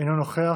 אינו נוכח.